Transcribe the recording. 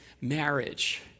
marriage